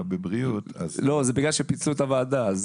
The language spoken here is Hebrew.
בבריאות --- זה בגלל שפיצלו את הוועדה.